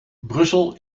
brussel